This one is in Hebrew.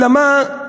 אלא מה?